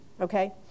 okay